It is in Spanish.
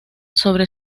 sobre